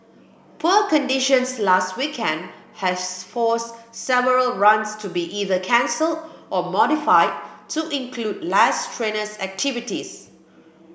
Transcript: poor conditions last weekend has forced several runs to be either cancelled or modified to include less strenuous activities